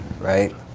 right